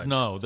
no